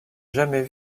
jamais